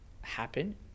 happen